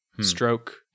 stroke